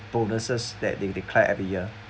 bonuses that they declare every year